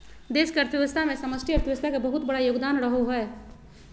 देश के अर्थव्यवस्था मे समष्टि अर्थशास्त्र के बहुत बड़ा योगदान रहो हय